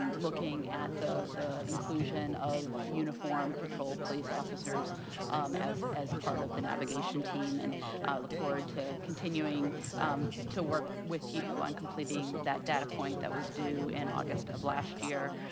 looking at the the inclusion of uniform patrolled police officers as as part of the navigation team. i and look forward to continuing to work with you on completing that data point that was due in august of last year.